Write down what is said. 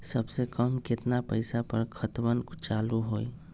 सबसे कम केतना पईसा पर खतवन चालु होई?